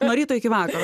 nuo ryto iki vakaro